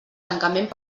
tancament